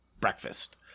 breakfast